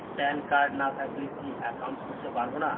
Pan card না থাকলে কি একাউন্ট খুলতে পারবো না?